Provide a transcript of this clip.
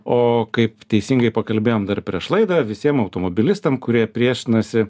o kaip teisingai pakalbėjom dar prieš laidą visiem automobilistam kurie priešinasi